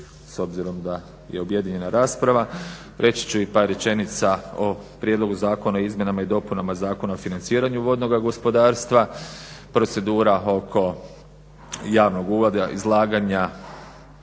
S obzirom da je objedinjena rasprava reći ću i par rečenica o Prijedlogu zakona o izmjenama i dopunama Zakona o financiranju vodnoga gospodarstva. Procedura oko javnog uvoda izlaganja